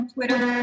Twitter